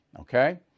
Okay